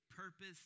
Purpose